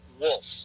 wolf